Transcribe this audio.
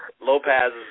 Lopez